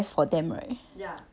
mm